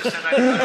לפני ראש השנה.